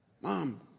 mom